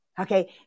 okay